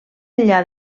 enllà